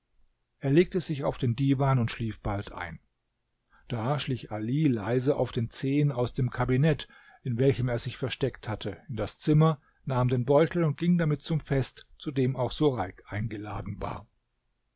er legte sich auf den diwan und schlief bald ein da schlich ali leise auf den zehen aus dem kabinett in welchem er sich versteckt hatte in das zimmer nahm den beutel und ging damit zum fest zu dem auch sureik eingeladen war